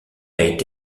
été